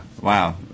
Wow